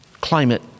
climate